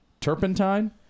turpentine